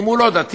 אם הוא לא דתי,